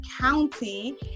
county